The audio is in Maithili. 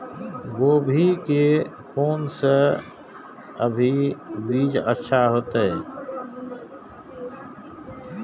गोभी के कोन से अभी बीज अच्छा होते?